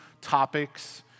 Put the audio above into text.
topics